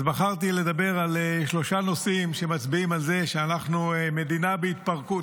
אז בחרתי לדבר על שלושה נושאים שמצביעים על זה שאנחנו מדינה בהתפרקות: